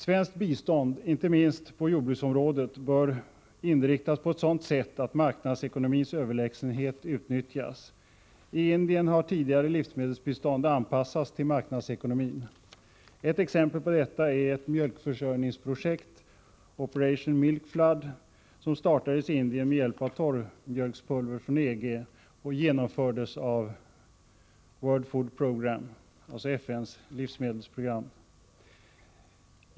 Svenskt bistånd, inte minst på jordbruksområdet, bör ha en sådan inriktning att marknadsekonomins överlägsenhet utnyttjas. I Indien har tidigare livsmedelsbistånd anpassats till marknadsekonomin. Ett exempel på detta är det mjölkförsörjningsprojekt, Operation Milk Flood, som startade i Indien med hjälp av torrmjölkspulver från EG och genomfördes av World Food Program, alltså FN:s livsmedelsprogram.